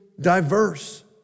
diverse